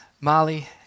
Molly